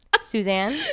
suzanne